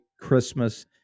christmas